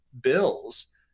bills